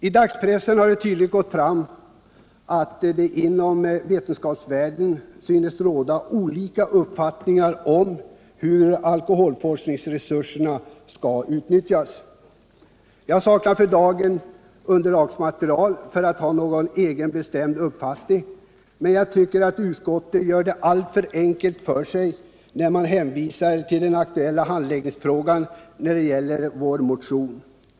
I dagspressen har det tydligen gått fram att det inom ”vetenskapsvärlden” synes råda olika uppfattningar om hur alkoholforskningsresurserna skall utnyttjas. Jag saknar för dagen underlagsmaterial för att nu ha någon bestämd uppfattning om detta, men jag tycker att utskottet gör det alltför enkelt för sig när det hänvisar till den aktuella anläggningsfrågan när det gäller vår motion 368.